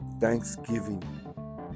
thanksgiving